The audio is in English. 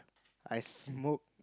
I smoke